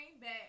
back